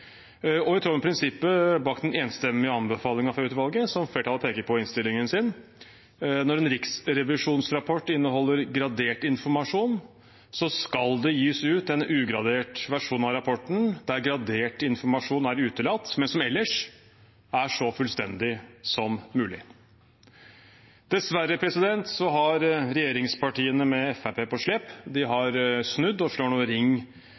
Og i tråd med prinsippet bak den enstemmige anbefalingen fra utvalget, som flertallet peker på i innstillingen sin, skal det, når en riksrevisjonsrapport inneholder gradert informasjon, gis ut en ugradert versjon av rapporten der gradert informasjon er utelatt, men som ellers er så fullstendig som mulig. Dessverre har regjeringspartiene med Fremskrittspartiet på slep snudd og slår nå ring